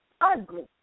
ugly